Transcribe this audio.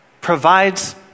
provides